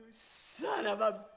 son of a